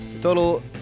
total